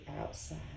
outside